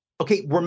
okay